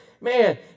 Man